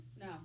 No